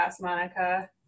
Monica